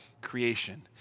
creation